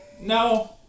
No